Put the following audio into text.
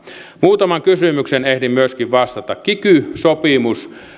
muutamaan kysymykseen ehdin myöskin vastata kiky sopimus